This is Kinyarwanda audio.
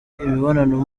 imibonano